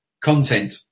content